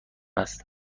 است